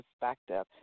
perspective